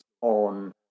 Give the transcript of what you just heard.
on